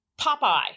Popeye